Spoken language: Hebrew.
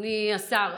אדוני השר,